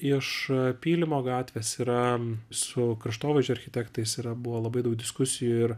iš pylimo gatvės yra su kraštovaizdžio architektais yra buvo labai daug diskusijų ir